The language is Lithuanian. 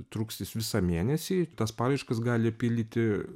truks jis visą mėnesį tas paraiškas gali pildyti